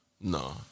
No